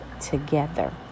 together